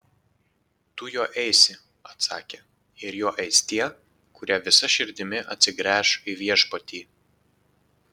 tu juo eisi atsakė ir juo eis tie kurie visa širdimi atsigręš į viešpatį